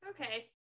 okay